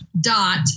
dot